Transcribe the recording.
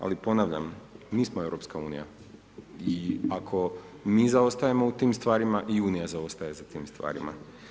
Ali ponavljam, mi smo EU i ako mi zaostajemo u tim stvarima i Unija zaostaje za tim stvarima.